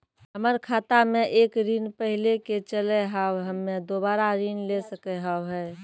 हमर खाता मे एक ऋण पहले के चले हाव हम्मे दोबारा ऋण ले सके हाव हे?